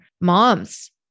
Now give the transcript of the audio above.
moms